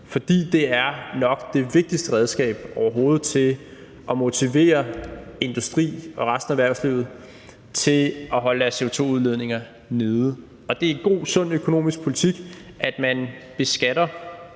fordi det nok er det vigtigste redskab overhovedet til at motivere industrien og resten af erhvervslivet til at holde deres CO2-udledning nede. Det er god, sund økonomisk politik, at man beskatter